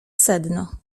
sedno